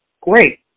great